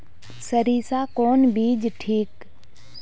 सरीसा कौन बीज ठिक?